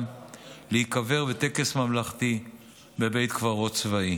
להיקבר בטקס ממלכתי בבית קברות צבאי.